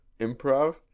Improv